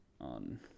On